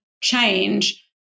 change